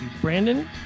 Brandon